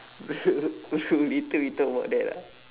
bro later we talk about that ah